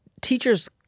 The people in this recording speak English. teachers